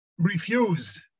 refused